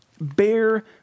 Bear